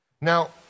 Now